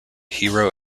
hero